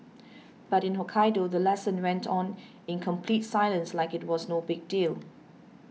but in Hokkaido the lesson went on in complete silence like it was no big deal